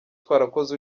twarakoze